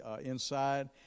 inside